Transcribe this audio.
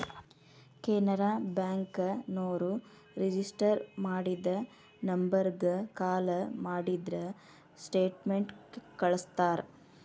Canara bank ನೋರು register ಮಾಡಿದ ನಂಬರ್ಗ ಕಾಲ ಮಾಡಿದ್ರ ಸ್ಟೇಟ್ಮೆಂಟ್ ಕಳ್ಸ್ತಾರ